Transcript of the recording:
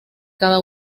cada